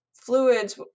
fluids